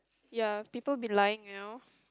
ya people be lying you know